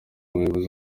abayobozi